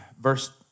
verse